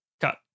Cut